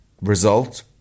result